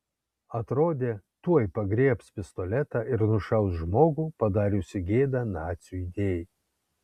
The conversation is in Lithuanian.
atrodė tuoj pagriebs pistoletą ir nušaus žmogų padariusį gėdą nacių idėjai